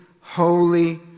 holy